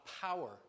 power